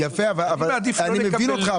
אני מבין אותך,